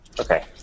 Okay